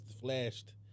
flashed